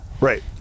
right